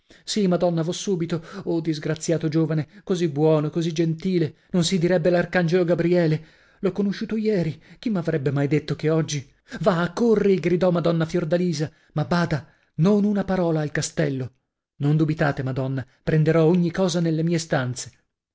sì madonna vo subito oh disgraziato giovane così buono così gentile non si direbbe l'arcangelo gabriele l'ho conosciuto ieri chi m'avrebbe mai detto che oggi va corri gridò madonna fiordalisa ma bada non una parola al castello non dubitate madonna prenderò ogni cosa nelle mie stanze